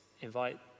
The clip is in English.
invite